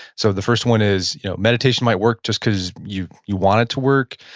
so the first one is meditation might work just because you you want it to work.